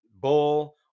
bowl